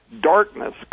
darkness